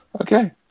Okay